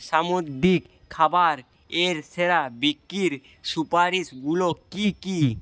সামুদ্রিক খাবার এর সেরা বিক্রির সুপারিশগুলো কী কী